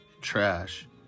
Trash